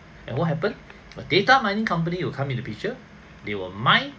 and what happened a data mining company will come into picture they will mine